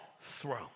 throne